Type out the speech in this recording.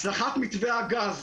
הצלחת מתווה הגז,